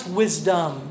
wisdom